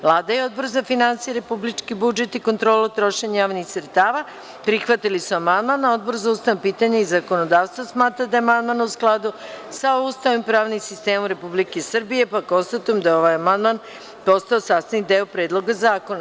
Vlada i Odbora za finansije, republički budžet i kontrolu trošenja javnih sredstava prihvatili su amandman, a Odbor za ustavna pitanja i zakonodavstvo, smatra da je amandman u skladu sa Ustavom i pravnim sistemom, pa konstatujem da je ovaj amandman postao sastavni deo Predloga zakona.